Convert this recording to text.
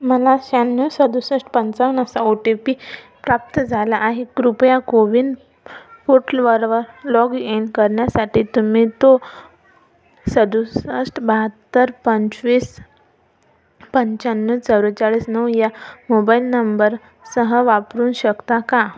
मला शहाण्णव सदुसष्ट पंचावन असा ओ टी पी प्राप्त झाला आहे कृपया कोविन पोटलरवर लॉग इन करण्यासाठी तुम्ही तो सदुसष्ट बाहत्तर पंचवीस पंचाण्णव चव्वेचाळीस नऊ या मोबाईल नंबरसह वापरू शकता का